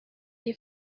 y’i